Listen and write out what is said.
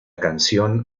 canción